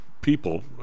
people